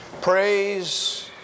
Praise